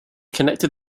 connected